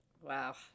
Wow